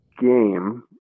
game